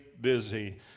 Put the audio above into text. busy